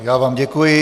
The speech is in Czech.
Já vám děkuji.